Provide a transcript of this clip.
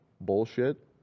bullshit